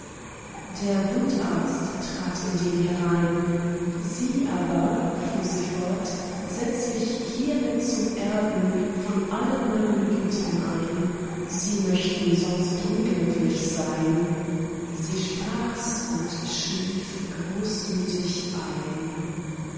der wundarzt trat indem herein sie aber fuhr sie fort setz ich hiemit zum erben von allen meinen gütern ein sie möchten sonst unglücklich sein sie sprachs und schlief großmütig ein